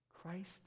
Christ